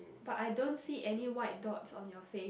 but I don't see any white dots on your face